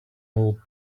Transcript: old